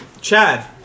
Chad